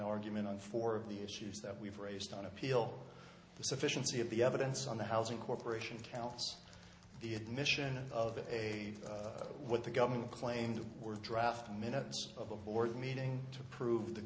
argument on four of the issues that we've raised on appeal the sufficiency of the evidence on the housing corporation counts the admission of a what the government claimed were draft minutes of a board meeting to prove the